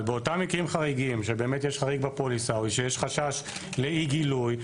אבל באותם מקרים חריגים שבאמת יש חריג בפוליסה או שיש חשש לאי גילוי,